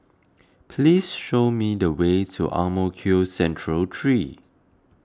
please show me the way to Ang Mo Kio Central three